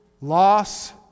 loss